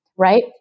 Right